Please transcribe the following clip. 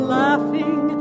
laughing